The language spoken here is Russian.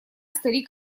старик